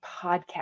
podcast